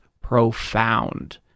profound